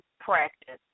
practice